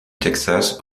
texas